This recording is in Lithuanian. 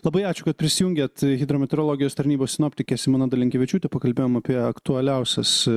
labai ačiū kad prisijungėt hidrometeorologijos tarnybos sinoptikė simona dalinkevičiūtė pakalbėjom apie aktualiausias